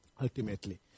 ultimately